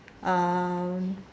um